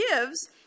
gives